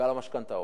ועל המשכנתאות.